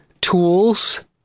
tools